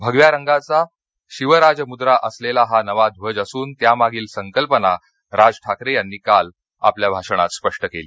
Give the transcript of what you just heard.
भगव्या रंगाचा शिवराजमुद्रा असलेला हा नवा ध्वज असून त्यामागील संकल्पना राज ठाकरे यांनी काल संध्याकाळी आपल्या भाषणात स्पष्ट केली